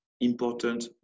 important